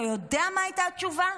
אתה יודע מה הייתה התשובה?